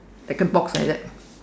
like a box like that